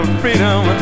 freedom